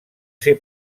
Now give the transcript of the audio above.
ser